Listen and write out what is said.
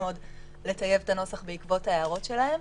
עוד לטייב את הנוסח בעקבות ההערות שלהם.